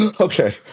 Okay